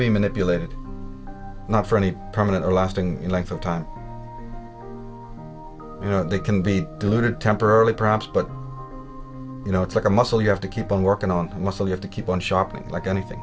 be manipulated not for any permanent or lasting length of time you know they can be deluded temporarily perhaps but you know it's like a muscle you have to keep on working on muscle you have to keep on shopping like anything